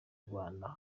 rwanda